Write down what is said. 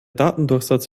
datendurchsatz